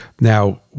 Now